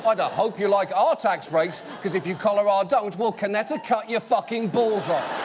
um ida-hope you like our tax breaks. because if you colora-don't, we'll conneti-cut your fucking balls off.